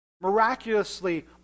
miraculously